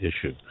issue